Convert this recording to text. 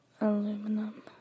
aluminum